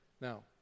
Now